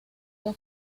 dos